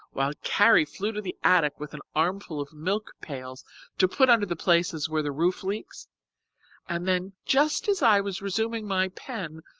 while carrie flew to the attic with an armful of milk pans to put under the places where the roof leaks and then, just as i was resuming my pen,